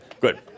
Good